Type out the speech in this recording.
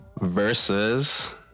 versus